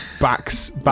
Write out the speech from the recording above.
backs